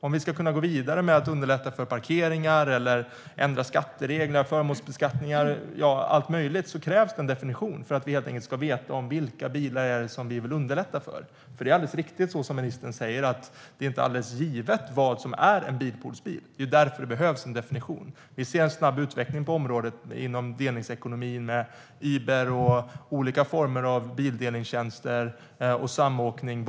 Om vi ska kunna gå vidare med att underlätta för parkeringar eller ändra skattereglerna, förmånsbeskattningar och allt möjligt, krävs det en definition för att vi ska kunna veta vilka bilar vi vill underlätta för. Vad som är en bilpoolsbil är, som ministern säger, inte alldeles givet. Därför behövs en definition. Vi ser en snabb utveckling på området, inom delningsekonomin, med Uber och olika former av bildelningstjänster och samåkning.